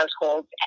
households